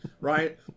right